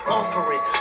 offering